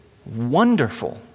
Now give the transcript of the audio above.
wonderful